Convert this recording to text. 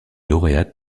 lauréate